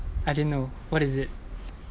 I didn't know what is it